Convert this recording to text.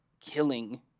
killing